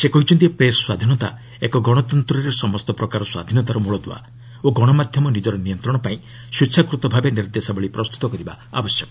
ସେ କହିଛନ୍ତି ପ୍ରେସ୍ ସ୍ୱାଧୀନତା ଏକ ଗଣତନ୍ତ୍ରରେ ସମସ୍ତ ପ୍ରକାର ସ୍ୱାଧୀନତାର ମୂଳଦୁଆ ଓ ଗଣମାଧ୍ୟମ ନିଜର ନିୟନ୍ତଶପାଇଁ ସ୍ୱେଚ୍ଛାକୃତ ଭାବେ ନିର୍ଦ୍ଦେଶାବଳୀ ପ୍ରସ୍ତୁତ କରିବା ଆବଶ୍ୟକ